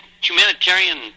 humanitarian